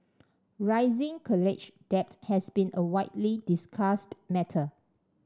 rising college debt has been a widely discussed matter